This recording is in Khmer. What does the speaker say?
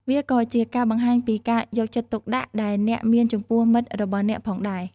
វាក៏ជាការបង្ហាញពីការយកចិត្តទុកដាក់ដែលអ្នកមានចំពោះមិត្តរបស់អ្នកផងដែរ។